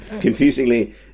Confusingly